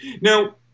Now